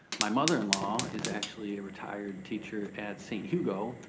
my mother-in-law is actually a retired teacher at st. hugo.